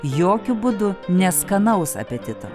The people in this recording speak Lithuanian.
jokiu būdu ne skanaus apetito